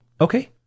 Okay